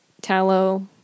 tallow